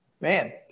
Man